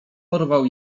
porwał